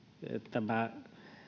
tämä